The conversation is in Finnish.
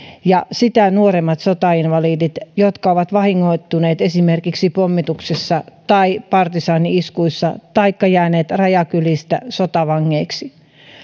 ja sitä nuoremmat sotainvalidit jotka ovat vahingoittuneet esimerkiksi pommituksissa tai partisaani iskuissa taikka jääneet rajakylistä sotavangeiksi